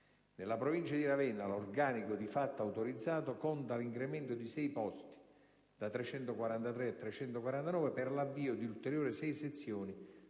Nella Provincia di Ravenna, l'organico di fatto autorizzato conta l'incremento di sei posti (da 343 a 349) per l'avvio di ulteriori sei sezioni